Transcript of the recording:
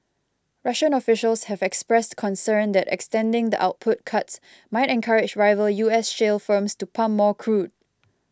Russian officials had expressed concern that extending the output cuts might encourage rival U S shale firms to pump more crude